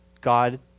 God